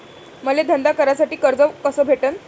मले धंदा करासाठी कर्ज कस भेटन?